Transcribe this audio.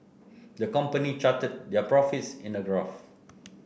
the company charted their profits in a graph